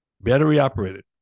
Battery-operated